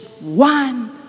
one